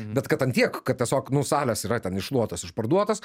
bet kad an tiek kad tiesiog nu salės yra ten iššluotos išparduotos